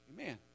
Amen